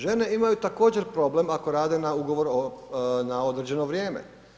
Žene imaju također problem ako rade na ugovor na određeno vrijeme.